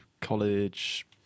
college